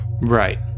Right